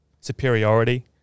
superiority